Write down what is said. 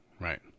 Right